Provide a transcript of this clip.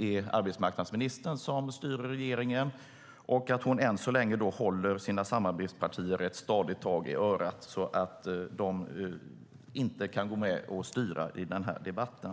länge är hon som styr i regeringen och att hon än så länge håller sina samarbetspartier i ett stadigt tag i örat så att de inte kan styra i denna debatt.